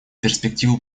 перспективу